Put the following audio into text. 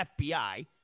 FBI